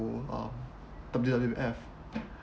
to um W_W_F